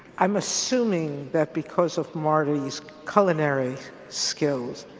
i'm assuming that because of marty's culinary skills,